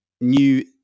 new